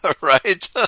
right